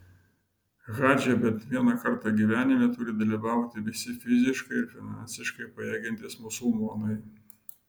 hadže bent vieną kartą gyvenime turi dalyvauti visi fiziškai ir finansiškai pajėgiantys musulmonai